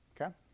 Okay